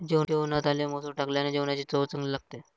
जेवणात आले मसूर टाकल्याने जेवणाची चव चांगली लागते